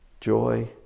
joy